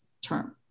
term